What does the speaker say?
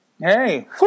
hey